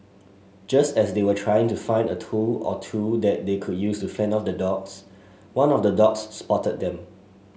just as they were trying to find a tool or two that they could use to fend off the dogs one of the dogs spotted them